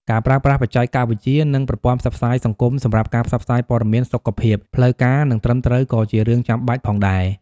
ការប្រើប្រាស់បច្ចេកវិទ្យា និងប្រព័ន្ធផ្សព្វផ្សាយសង្គមសម្រាប់ការផ្សព្វផ្សាយព័ត៌មានសុខភាពផ្លូវការនិងត្រឹមត្រូវក៏ជារឿងចាំបាច់ផងដែរ។